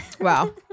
Wow